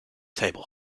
table